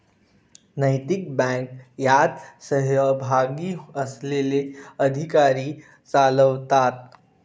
नैतिक बँक यात सहभागी असलेले अधिकारी चालवतात